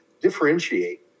differentiate